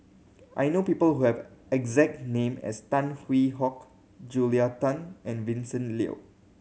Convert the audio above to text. I know people who have a exact name as Tan Hwee Hock Julia Tan and Vincent Leow